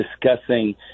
discussing